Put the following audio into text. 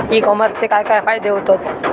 E कॉमर्सचे काय काय फायदे होतत?